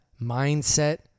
mindset